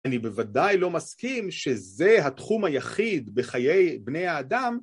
אני בוודאי לא מסכים, שזה התחום היחיד בחיי בני האדם...